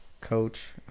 Coach